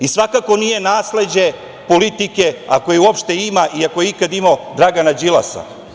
I svakako nije nasleđe politike, ako je uopšte ima i ako je ikada imao Dragana Đilasa.